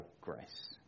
grace